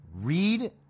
read